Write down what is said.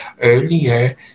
earlier